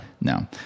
No